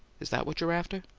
is that what you're after?